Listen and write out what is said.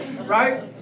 right